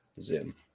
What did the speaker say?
Zoom